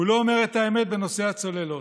הוא לא אומר את האמת בנושא הצוללות.